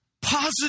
Positive